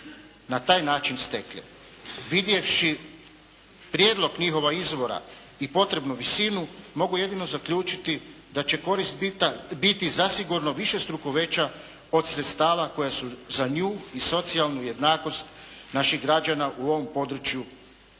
na taj način stekle. Vidjevši prijedlog njihova izvora i potrebnu visinu mogu jedino zaključiti da će korist biti zasigurno višestruko veća od sredstava koja su za nju i socijalnu jednakost naših građana u ovom području potrebna